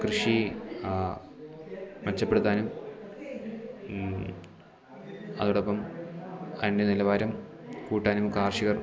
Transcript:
കൃഷി മെച്ചപ്പെടുത്താനും അതോടൊപ്പം അതിൻ്റെ നിലവാരം കൂട്ടാനും കർഷകർ